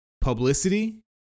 publicity